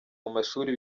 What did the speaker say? mumashuri